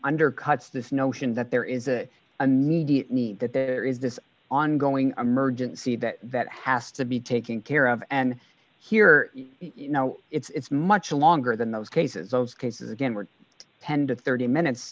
undercuts this notion that there is a need the need that there is this ongoing emergency that that has to be taking care of and here you know it's much longer than those cases those cases again would tend to thirty minutes